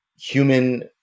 human